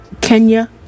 Kenya